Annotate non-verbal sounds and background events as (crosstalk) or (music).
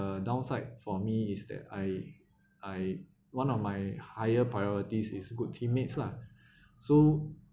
the downside for me is that I I one of my higher priorities is good teammates lah (breath) so